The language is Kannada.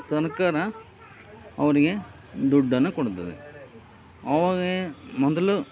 ಸರ್ಕಾರ ಅವರಿಗೆ ದುಡ್ಡನ್ನು ಕೊಡುತ್ತದೆ ಅವಗೇ ಮೊದಲು